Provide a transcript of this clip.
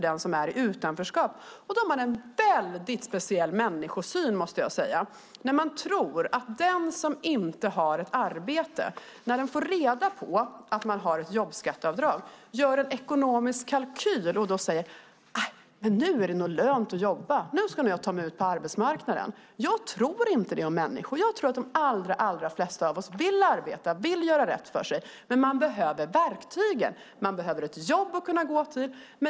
Man har en väldigt speciell människosyn om man tror att när den som inte har ett arbete får reda på att det finns ett jobbskatteavdrag gör en ekonomisk kalkyl och säger: Nu är det lönt att jobba. Nu ska jag nog ta mig ut på arbetsmarknaden. Jag tror inte det om människor. Jag tror att de allra flesta av oss vill arbeta och göra rätt för sig. Men man behöver verktygen och ett jobb att kunna gå till.